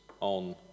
on